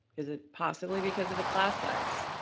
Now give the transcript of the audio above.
is it possibly because of a class size?